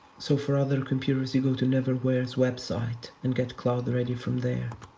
so for other computers you go to neverware's web site and get cloudready from there.